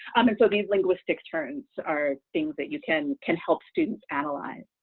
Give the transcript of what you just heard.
um and so these linguistics terms are things that you can can help students analyze.